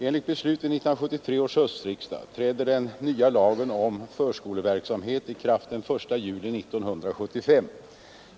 Enligt beslut vid 1973 års höstriksdag träder den nya lagen om förskoleverksamhet i kraft den 1 juli 1975.